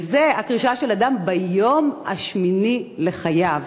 וזה, הקרישה של הדם, ביום השמיני לחייו.